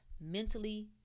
mentally